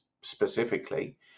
specifically